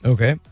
Okay